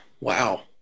wow